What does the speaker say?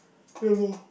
ya lor